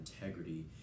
integrity